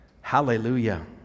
Hallelujah